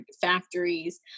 factories